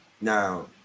now